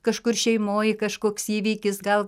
kažkur šeimoj kažkoks įvykis gal